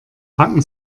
packen